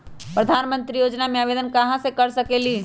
प्रधानमंत्री योजना में आवेदन कहा से कर सकेली?